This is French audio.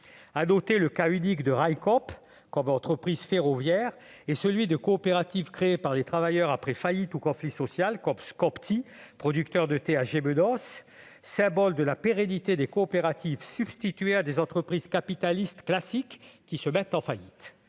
noter le cas unique de Railcoop, une entreprise ferroviaire, et les expériences de coopératives créées par les travailleurs après une faillite ou un conflit social, comme Scop-Ti, producteur de thés à Gémenos, symbole de la pérennité des coopératives se substituant à des entreprises capitalistes classiques qui se mettent en faillite.